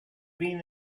been